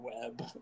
web